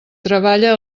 treballa